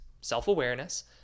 self-awareness